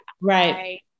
right